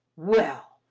well,